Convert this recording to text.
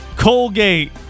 Colgate